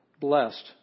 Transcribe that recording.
blessed